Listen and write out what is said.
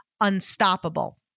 unstoppable